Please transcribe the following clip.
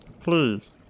Please